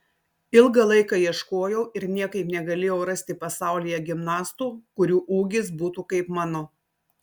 ilgą laiką ieškojau ir niekaip negalėjau rasti pasaulyje gimnastų kurių ūgis būtų kaip mano